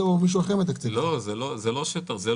ליברמן ואני היינו שם, היה שטח אש באזור